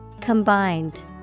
Combined